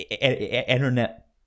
internet